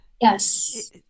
Yes